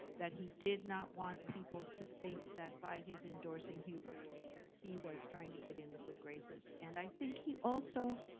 that he did not want people to think that by his endorsing hubert he was trying to get in the good graces. and i think he also